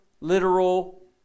literal